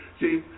See